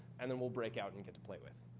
and then, we'll break out, and get to play with.